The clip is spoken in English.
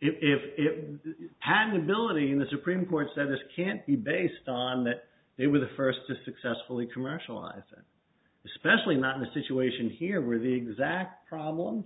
if you hand ability in the supreme court said this can't be based on that they were the first to successfully commercialize it especially not in a situation here where the exact problem